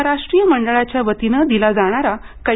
महाराष्ट्रीय मंडळाच्या वतीने दिला जाणारा कै